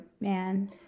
man